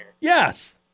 Yes